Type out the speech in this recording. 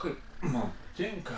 kaip man tinka